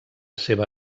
seva